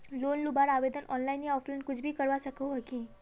Loan लुबार आवेदन online या ऑफलाइन कुछ भी करवा सकोहो ही?